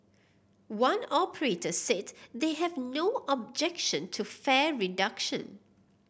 one operator said they have no objection to fare reduction